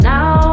Now